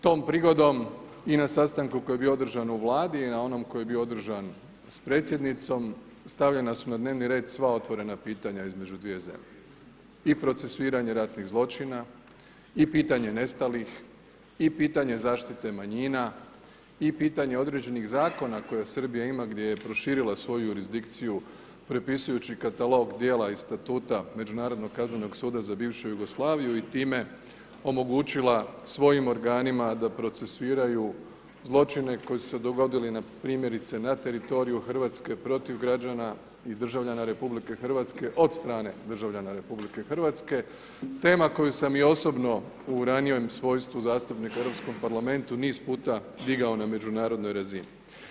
Tom prigodom i na sastanku koji je bio održan u Vladi i na onom koji je bio održan s predsjednicom stavljena su na dnevni red sva otvorena pitanja između dvije zemlje, i procesuiranje ratnih zločina i pitanje nestalih i pitanje zaštite manjina i pitanje određenih zakona koje Srbija ima gdje je proširila svoju jurisdikciju prepisujući katalog djela iz statuta međunarodnog Kaznenog suda za bivšu Jugoslaviju i time omogućila svojim organima da procesuiraju zločine koji su se dogodile primjerice na teritoriju Hrvatske protiv građana i državljana RH od strane državljana RH tema koju sam i osobno u ranijem svojstvu zastupnika u Europskom parlamentu niz puta digao na međunarodnoj razini.